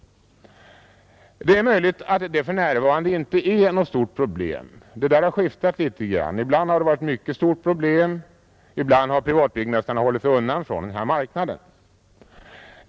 Det är möjligt att detta för närvarande inte är något stort problem — det har skiftat litet grand. Ibland har det varit ett mycket stort problem, ibland har privatbyggmästarna hållit sig undan från den här marknaden.